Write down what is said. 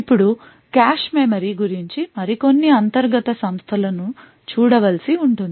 ఇప్పుడు cache memory గురించి మరికొన్ని అంతర్గత సంస్థ లను చూడవలసి ఉంటుంది